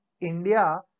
India